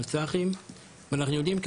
ואנחנו יודעים,